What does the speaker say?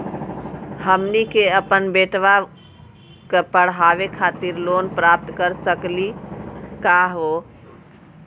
हमनी के अपन बेटवा क पढावे खातिर लोन प्राप्त कर सकली का हो?